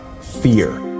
fear